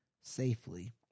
safely